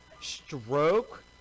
stroke